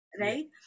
right